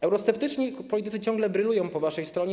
Eurosceptyczni politycy ciągle brylują po waszej stronie.